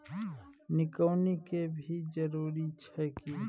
निकौनी के भी जरूरी छै की?